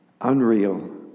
unreal